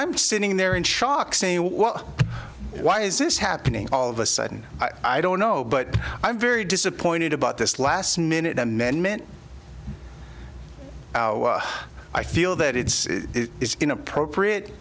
i'm sitting there in shock say well why is this happening all of a sudden i don't know but i'm very disappointed about this last minute amendment i feel that it is inappropriate